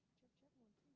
gentleman's